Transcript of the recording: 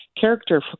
character